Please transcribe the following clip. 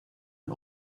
and